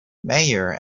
mayer